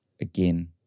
again